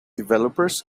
developers